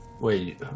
Wait